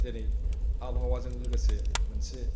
जेरै आबहावाजों लोगोसे मोनसे